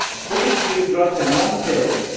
putting three drugs in one pill,